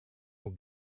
aux